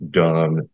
done